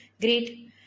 great